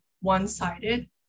one-sided